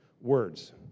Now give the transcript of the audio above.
Words